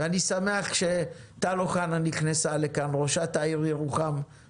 אני שמח שטל אוחנה, ראשת העיר ירוחם, נכנסה לכאן.